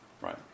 right